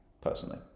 personally